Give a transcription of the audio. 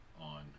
on